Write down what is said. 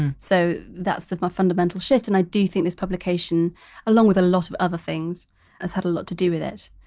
so that's the ah fundamental shift and i do think this publication along with a lot of other things has had a lot to do with it.